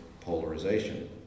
polarization